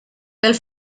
pel